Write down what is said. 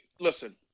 listen